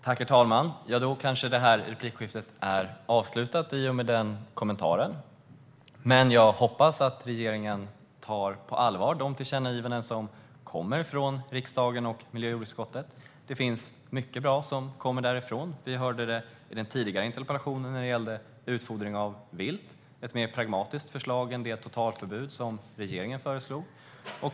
Herr talman! I och med den kommentaren är kanske denna interpellationsdebatt avslutad, men jag hoppas att regeringen tar de tillkännagivanden som kommer från riksdagen och miljö och jordbruksutskottet på allvar. Det kommer mycket bra därifrån; vi hörde det i den tidigare interpellationsdebatten om utfodring av vilt - ett mer pragmatiskt förslag än det totalförbud som regeringen föreslog.